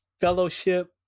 fellowship